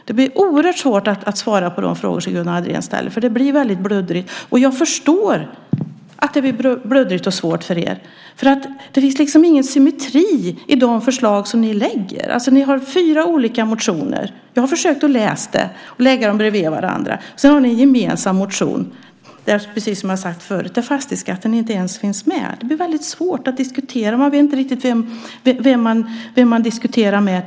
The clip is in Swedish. Det blir oerhört svårt att svara på de frågor som Gunnar Andrén ställer just därför att det blir väldigt bluddrigt. Jag förstår dock att det blir bluddrigt och svårt för er. Det finns ju liksom ingen symmetri i de förslag som ni lägger fram. Ni har fyra olika motioner. Jag har försökt att läsa dem och lagt dem bredvid varandra. Dessutom har ni en gemensam motion, precis som jag förut sagt, där fastighetsskatten inte ens finns med. Det blir alltså väldigt svårt att diskutera. Till slut vet man inte riktigt vem man diskuterar med.